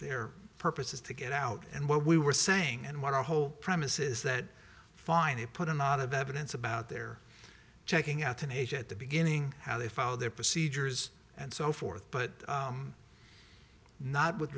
their purpose is to get out and what we were saying and what our whole premise is that finally put in a lot of evidence about their checking out an age at the beginning how they follow their procedures and so forth but not with